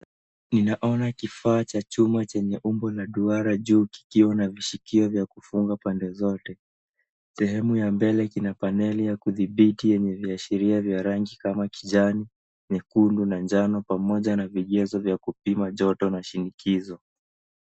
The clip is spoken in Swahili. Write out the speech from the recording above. Ninaona kifaa cha chuma chenye umbo la duara juu kikiwa na vishikio za kufunga pande zote. Sehemu ya mbele kina paneli ya kudhibiti yenye viashiria vya rangi kama kijani, nyekundu na njano pamoja na vigezo vya kupima joto na shinikizo.